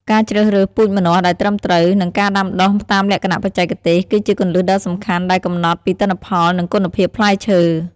ការជ្រើសរើសពូជម្នាស់ដែលត្រឹមត្រូវ និងការដាំដុះតាមលក្ខណៈបច្ចេកទេស គឺជាគន្លឹះដ៏សំខាន់ដែលកំណត់ពីទិន្នផល និងគុណភាពផ្លែឈើ។